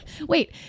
Wait